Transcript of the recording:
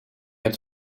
hebt